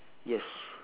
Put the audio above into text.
yes